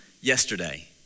yesterday